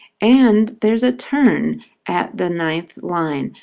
and there's a turn at the ninth line.